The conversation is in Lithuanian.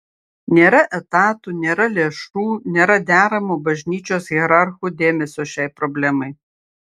nėra etatų nėra lėšų nėra deramo bažnyčios hierarchų dėmesio šiai problemai